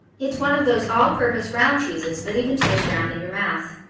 it's one of those all-purpose round cheeses that even taste round in your mouth.